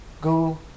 go